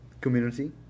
community